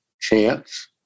chance